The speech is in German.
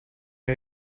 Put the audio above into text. ihr